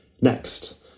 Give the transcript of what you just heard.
next